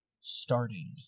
starting